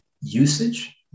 usage